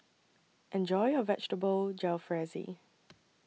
Enjoy your Vegetable Jalfrezi